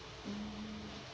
mm